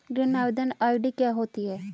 ऋण आवेदन आई.डी क्या होती है?